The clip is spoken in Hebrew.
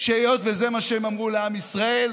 שהיות שזה מה שהם אמרו לעם ישראל,